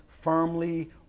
firmly